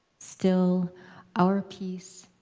still our piece